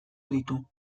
ditu